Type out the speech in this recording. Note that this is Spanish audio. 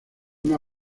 una